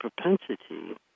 propensity